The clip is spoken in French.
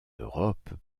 europe